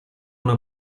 una